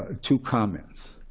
two comments.